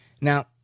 Now